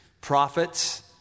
prophets